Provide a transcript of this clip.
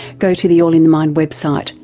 go to the all in the mind website,